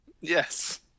Yes